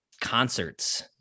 concerts